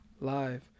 live